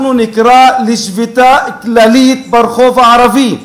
אנחנו נקרא לשביתה כללית ברחוב הערבי.